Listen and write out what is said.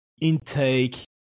intake